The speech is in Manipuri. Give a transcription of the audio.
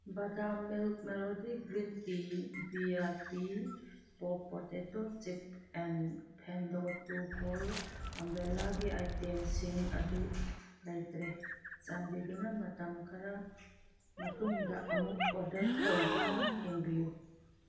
ꯕꯗꯥꯝ milk Melody green tea B R T pop potato chip ꯑꯦꯟ ꯐꯦꯟꯗꯣ ꯇꯨ ꯄꯣꯜ ꯑꯝꯕ꯭ꯔꯦꯂꯥꯒꯤ ꯑꯥꯏꯇꯦꯝꯁꯤꯡ ꯑꯗꯨ ꯂꯩꯇ꯭ꯔꯦ ꯆꯥꯟꯕꯤꯗꯨꯅ ꯃꯇꯝ ꯈꯔ ꯃꯇꯨꯡꯗ ꯑꯃꯨꯛ ꯑꯣꯗꯔ ꯇꯧꯗꯨꯅ ꯌꯦꯡꯕꯤꯎ